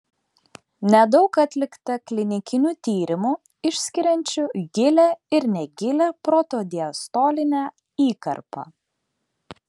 nedaug atlikta klinikinių tyrimų išskiriančių gilią ir negilią protodiastolinę įkarpą